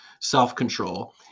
self-control